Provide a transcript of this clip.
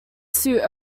suit